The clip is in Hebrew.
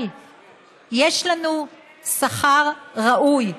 אבל יש לנו שכר ראוי.